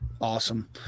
Awesome